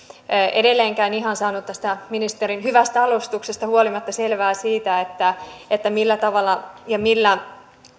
edelleenkään en ihan saanut tästä ministerin hyvästä alustuksesta huolimatta selvää siitä millä tavalla ja millä